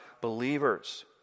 believers